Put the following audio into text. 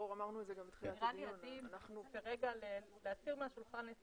אנחנו התעכבנו למשל עם ההארכה הזאת